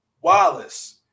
wallace